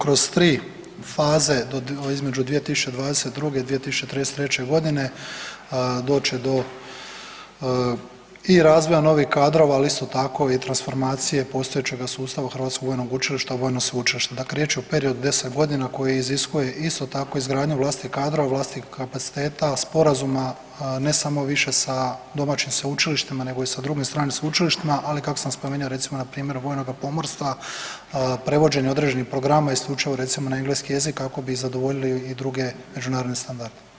kroz tri faze između 2022.-2033.g. doće do i razvoja novih kadrova, ali isto tako i transformacije postojećega sustava Hrvatskog vojnog učilišta u Vojno sveučilište, dakle riječ je o periodu od 10 godina koji iziskuje isto tako izgradnju vlastitih kadrova, vlastitih kapaciteta, sporazuma ne samo više sa domaćim sveučilištima nego i sa drugim stranim sveučilištima, ali kako sam spomenuo recimo npr. Vojnoga pomorstva, prevođenja određenih programa isključivo recimo na engleski jezik kako bi zadovoljili i druge međunarodne standarde.